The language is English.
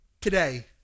today